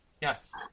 Yes